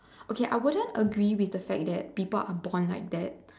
okay I wouldn't agree with the fact that people are born like that